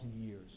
years